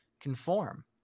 conform